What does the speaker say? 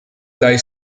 dai